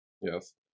Yes